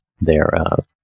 thereof